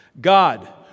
God